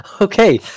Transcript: okay